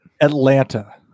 Atlanta